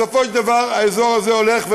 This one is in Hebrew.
בסופו של דבר באזור הזה הולך,